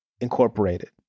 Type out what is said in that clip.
Incorporated